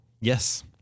Yes